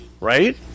right